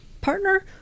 partner